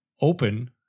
open